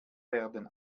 werden